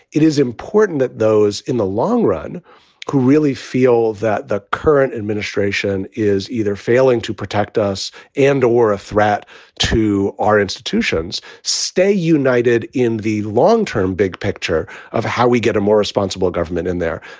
it is important that those in the long run who really feel that the current administration is either failing to protect us and or a threat to our institutions, stay united in the long term. big picture of how we get a more responsible government in there.